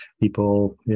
people